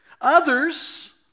Others